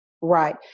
Right